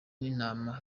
n’intama